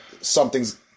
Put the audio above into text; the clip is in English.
something's